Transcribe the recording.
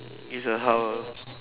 it's a how